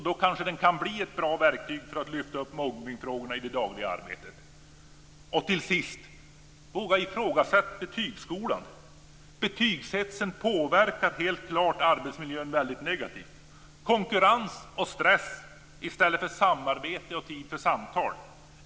Då kan den kanske bli ett bra verktyg för att lyfta fram mobbningsfrågorna i det dagliga arbetet. Till sist måste vi våga ifrågasätta betygsskolan. Betygshetsen påverkar helt klart arbetsmiljön väldigt negativt med konkurrens och stress i stället för samarbete och tid för samtal.